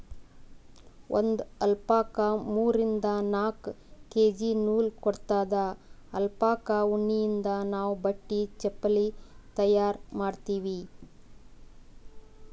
ಒಂದ್ ಅಲ್ಪಕಾ ಮೂರಿಂದ್ ನಾಕ್ ಕೆ.ಜಿ ನೂಲ್ ಕೊಡತ್ತದ್ ಅಲ್ಪಕಾ ಉಣ್ಣಿಯಿಂದ್ ನಾವ್ ಬಟ್ಟಿ ಚಪಲಿ ತಯಾರ್ ಮಾಡ್ತೀವಿ